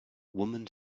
woman